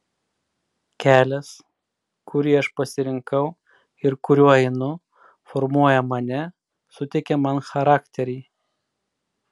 kelias kurį aš pasirinkau ir kuriuo einu formuoja mane suteikia man charakterį